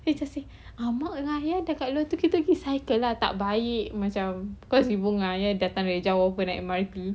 then just say abang dengan ayah dekat luar kita pergi cycle lah tak baik macam cause we bunga ayah that time jauh [pe] naik M_R_T